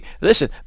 listen